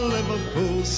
Liverpool